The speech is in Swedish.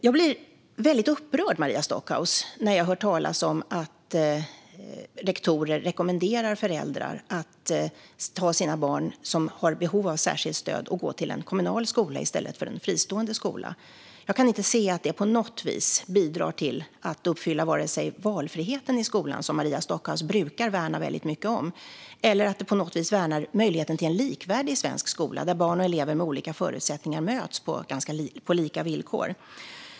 Jag blir väldigt upprörd, Maria Stockhaus, när jag hör talas om att rektorer rekommenderar föräldrar att ta sina barn med behov av särskilt stöd och gå till en kommunal skola i stället för en fristående skola. Jag kan inte se att det på något vis vare sig bidrar till att uppfylla valfriheten i skolan, som Maria Stockhaus brukar värna väldigt mycket om, eller värnar möjligheten till en likvärdig svensk skola där barn och elever med olika förutsättningar möts på lika villkor.